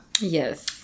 Yes